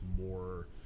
more